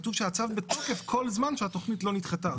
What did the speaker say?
כתוב שהצו בתוקף כל זמן שהתכנית לא נדחתה.